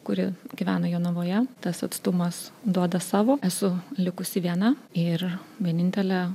kuri gyvena jonavoje tas atstumas duoda savo esu likusi viena ir vienintelė